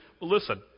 Listen